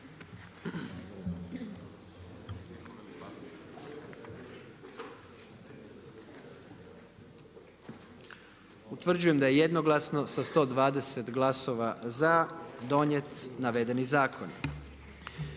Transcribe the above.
Utvrđujem da jednoglasno, sa 96 glasova za, donijeti zaključak kako